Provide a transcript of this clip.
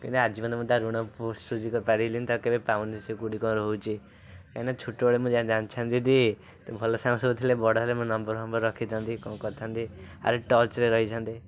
କିନ୍ତୁ ଆଜି ପର୍ଯ୍ୟନ୍ତ ମୁଁ ତାଟ ଋଣ ପୁ ଶୁଝି ତ ପାରିଲିନି ତାକୁ କେବେ ପାଉନି ସେ କେଉଁଠି କ'ଣ ରହୁଛି ଏଣେ ଛୋଟବେଳେ ମୁଁ ଯଦି ଜାଣିଥାନ୍ତି ଯଦି ଭଲ ସାଙ୍ଗ ସବୁ ଥିଲେ ବଡ଼ ହେଲେ ମୁଁ ନମ୍ୱର୍ଫମ୍ୱର ରଖିଥାନ୍ତି କ'ଣ କରିଥାନ୍ତି ଆଉ ଟଚ୍ରେ ରହିଥାନ୍ତି